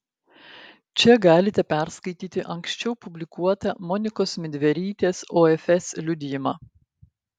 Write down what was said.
čia galite perskaityti anksčiau publikuotą monikos midverytės ofs liudijimą